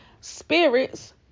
Spirits